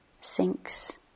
sinks